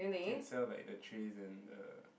can sell like the trays and the